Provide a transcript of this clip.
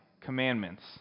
commandments